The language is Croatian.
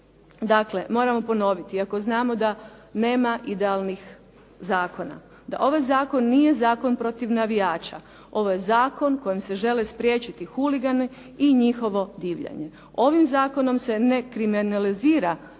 Dakle, moramo ponoviti, iako znamo da nema idealnih zakona, da ovaj zakon nije zakon protiv navijača. Ovo je zakon kojim se žele spriječiti huligani i njihovo divljanje. Ovim zakonom se ne kriminalizira skupina